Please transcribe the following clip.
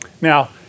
now